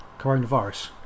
coronavirus